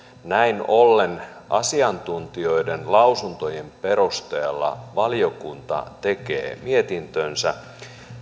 näin ollen asiantuntijoiden lausuntojen perusteella valiokunta tekee mietintönsä